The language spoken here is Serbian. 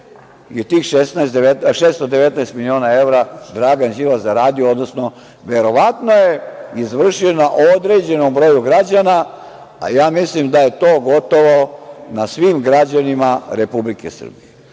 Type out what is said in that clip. je 619 miliona evra Dragan Đilas zaradio, odnosno verovatno je izvršio na određenom broju građana, a ja mislim da je to gotovo na svim građanima Republike